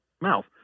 mouth